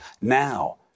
Now